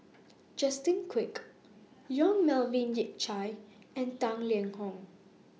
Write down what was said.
Justin Quek Yong Melvin Yik Chye and Tang Liang Hong